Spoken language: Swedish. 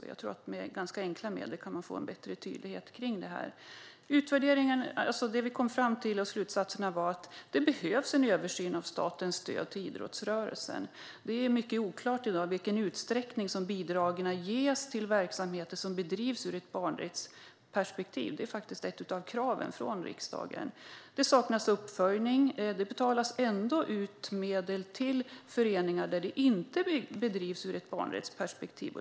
Jag tror att man med ganska enkla medel kan få bättre tydlighet i detta. Det vi kom fram till och slutsatserna av utvärderingen var att det behövs en översyn av statens stöd till idrottsrörelsen. Det är i dag mycket oklart i vilken utsträckning som bidragen ges till verksamheter som bedrivs ur ett barnrättsperspektiv, vilket faktiskt är ett av kraven från riksdagen. Det saknas uppföljning. Det betalas ändå ut medel till föreningar där verksamheten inte bedrivs ur ett barnrättsperspektiv.